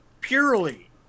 purely